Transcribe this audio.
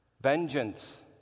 vengeance